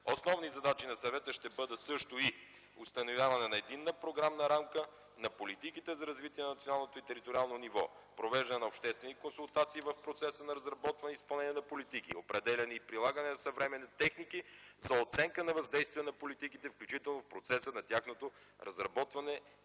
Основни задачи на съвета ще бъдат също и установяване на единна програмна рамка, на политиките за развитие на националното и териториално ниво, провеждане на обществени консултации в процеса на разработване и изпълнение на политики, определяне и прилагане на съвременни техники за оценка на въздействие на политиките, включително в процеса на тяхното разработване